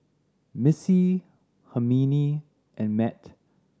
Missy Hermine and Mat